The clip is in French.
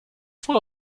froid